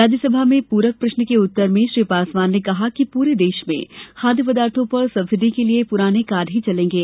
राज्य सभा में पूरक प्रश्न के उत्तर में श्री पासवान ने कहा कि पूरे देश में खाद्य पदार्थों पर सब्सिडी के लिए पुराने कार्ड ही चलेंगे